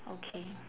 okay